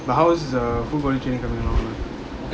but how's the full body training coming along ah